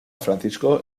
francisco